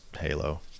Halo